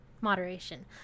moderation